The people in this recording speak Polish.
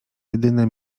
jedyne